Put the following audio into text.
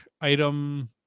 item